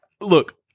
Look